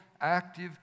active